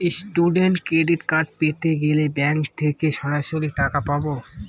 Student credit card পেতে গেলে bank থেকে কি সরাসরি টাকা পাবো?